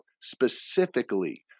Specifically